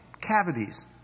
cavities